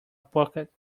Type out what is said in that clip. bucket